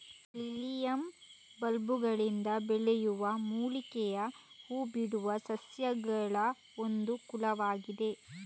lilium ಬಲ್ಬುಗಳಿಂದ ಬೆಳೆಯುವ ಮೂಲಿಕೆಯ ಹೂ ಬಿಡುವ ಸಸ್ಯಗಳಒಂದು ಕುಲವಾಗಿದೆ